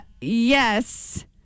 Yes